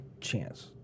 chance